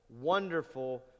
wonderful